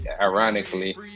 ironically